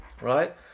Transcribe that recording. right